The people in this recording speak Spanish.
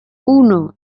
uno